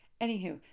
Anywho